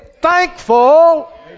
thankful